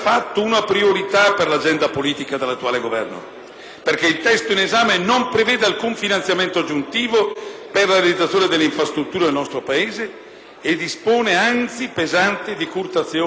perché il testo in esame non prevede alcun finanziamento aggiuntivo per la realizzazione di infrastrutture nel nostro Paese e dispone, anzi, pesanti decurtazioni del Fondo per le aree sottoutilizzate (FAS),